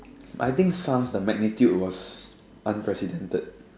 I think S_A_R_S the magnitude was unprecedented